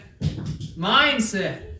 mindset